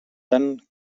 tant